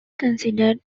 considered